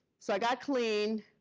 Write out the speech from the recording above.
so i got clean.